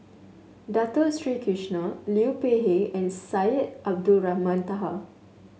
Dato Sri Krishna Liu Peihe and Syed Abdulrahman Taha